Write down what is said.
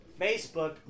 Facebook